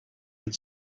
had